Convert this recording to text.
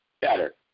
better